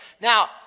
Now